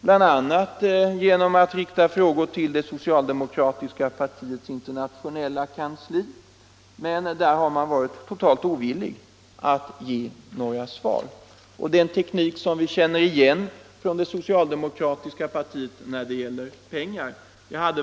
bl.a. genom att rikta frågor till det socialdemokratiska partiets internationella kansli, men där har man varit totalt ovillig att ge några svar. Det är en teknik som vi känner igen hos det socialdemokratiska partiet när det gäller pengar.